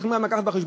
אין להם כסף לקנות.